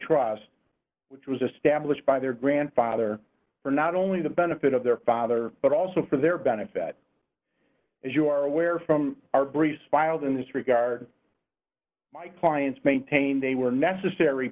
trust which was established by their grandfather for not only the benefit of their father but also for their benefit as you are aware from our brief filed in this regard my clients maintain they were necessary